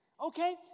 okay